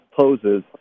poses